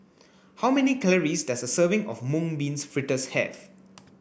how many calories does a serving of mung bean fritters have